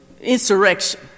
insurrection